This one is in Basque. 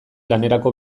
lanerako